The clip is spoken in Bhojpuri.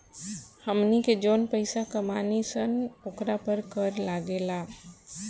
हमनी के जौन पइसा कमानी सन ओकरा पर कर लागेला